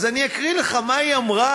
אז אני אקרא לך מה היא אמרה,